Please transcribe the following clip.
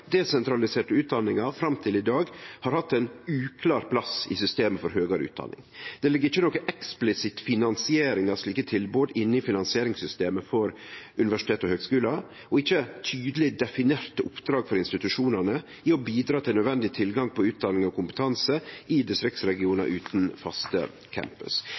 Det som då er både interessant og urovekkande, er at desentraliserte utdanningar fram til i dag har hatt ein uklar plass i systemet for høgare utdanning. Det ligg ikkje noka eksplisitt finansiering av slike tilbod inne i finansieringssystemet for universitet og høgskular, og ikkje tydeleg definerte oppdrag for institusjonane i å bidra til nødvendig tilgang på utdanning og kompetanse i distriktsregionar utan faste